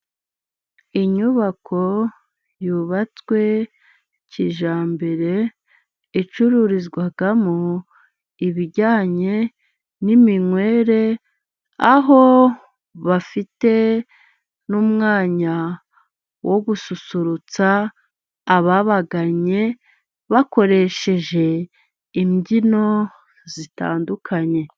Inyubako yubatswe kijyambere icururizwamo ibijyanye n' iminywere, aho bafite n' umwanya wo gususurutsa ababaganye bakoresheje imbyino zitandukanye.